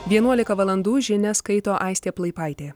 vienuolika valandų žinias skaito aistė plaipaitė